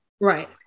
Right